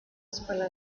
escuela